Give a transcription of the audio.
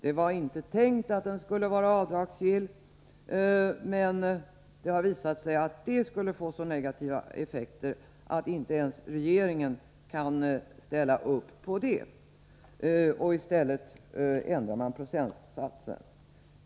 Det var tänkt att skatten inte skulle vara avdragsgill, men det har visat sig att det skulle ha fått så negativa effekter att inte ens regeringen kunde ställa sig bakom det förslaget. I stället ändrar regeringen procentsatsen.